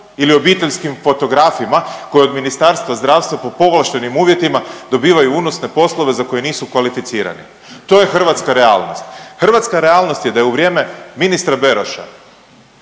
ili obiteljskim fotografima koji od Ministarstva zdravstva po povlaštenim uvjetima dobivaju unosne poslove za koje nisu kvalificirani. To je hrvatska realnost. Hrvatska realnost je da je u vrijeme ministra Beroša